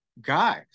guys